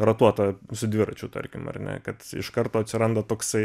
ratuota su dviračiu tarkim ar ne kad iš karto atsiranda toksai